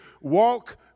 walk